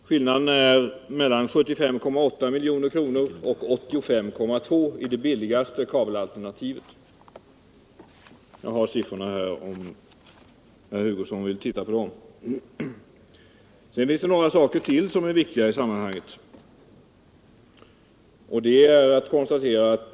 Skillnaderna är mellan 75,8 milj.kr. och 85,2 milj.kr. i det billigaste kabelalternativet. Jag har siffrorna här om Hugo Bengtsson vill titta på dem. Det finns några andra saker som är viktiga att konstatera i sammanhanget.